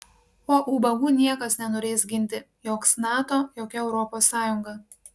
o ubagų niekas nenorės ginti joks nato jokia europos sąjunga